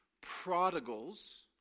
prodigals